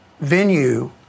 venue